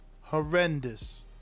horrendous